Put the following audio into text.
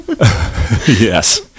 Yes